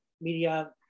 media